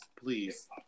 please